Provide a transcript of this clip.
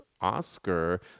Oscar